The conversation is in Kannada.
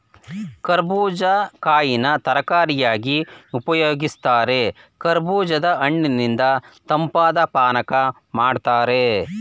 ಕರ್ಬೂಜ ಕಾಯಿನ ತರಕಾರಿಯಾಗಿ ಉಪಯೋಗಿಸ್ತಾರೆ ಕರ್ಬೂಜದ ಹಣ್ಣಿನಿಂದ ತಂಪಾದ್ ಪಾನಕ ಮಾಡ್ತಾರೆ